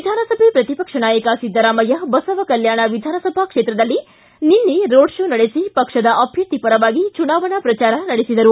ವಿಧಾನಸಭೆ ಪ್ರತಿಪಕ್ಷ ನಾಯಕ ಸಿದ್ದರಾಮಯ್ಯ ಬಸವಕಲ್ಯಾಣ ವಿಧಾನಸಭೆ ಕ್ಷೇತ್ರದಲ್ಲಿ ನಿನ್ನೆ ರೋಡ್ ಶೋ ನಡೆಸಿ ಪಕ್ಷದ ಅಭ್ಯರ್ಥಿ ಪರ ಚುನಾವಣಾ ಪ್ರಚಾರ ನಡೆಸಿದರು